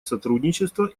сотрудничества